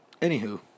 Anywho